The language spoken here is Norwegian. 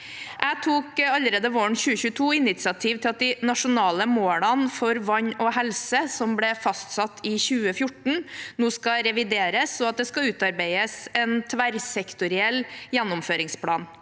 Jeg tok allerede våren 2022 initiativ til at de nasjonale målene for vann og helse, som ble fastsatt i 2014, nå skal revideres, og at det skal utarbeides en tverrsektoriell gjennomføringsplan.